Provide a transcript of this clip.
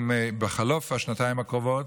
בחלוף השנתיים הקרובות,